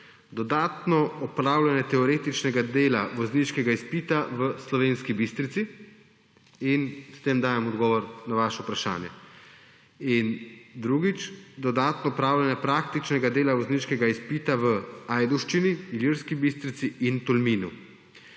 Dodatno opravljanje teoretičnega dela vozniškega izpita v Slovenski Bistrici – s tem dajem odgovor na vaše vprašanje. Drugič. Dodatno opravljanje praktičnega dela vozniškega izpita v Ajdovščini, Ilirski Bistrici in Tolminu.